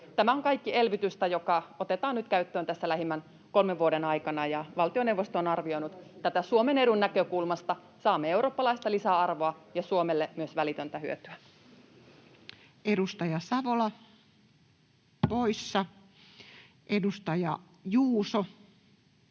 Tämä on kaikki elvytystä, joka otetaan nyt käyttöön tässä lähimmän kolmen vuoden aikana, ja valtioneuvosto on arvioinut tätä Suomen edun näkökulmasta: saamme eurooppalaista lisäarvoa ja Suomelle myös välitöntä hyötyä. Edustaja Savola poissa. Edustaja Juuso